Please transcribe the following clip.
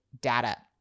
data